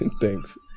thanks